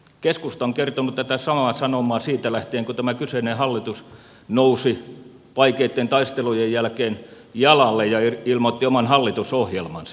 keskusta on kertonut tätä samaa sanomaa siitä lähtien kun tämä kyseinen hallitus nousi vaikeitten taistelujen jälkeen jaloilleen ja ilmoitti oman hallitusohjelmansa